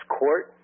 court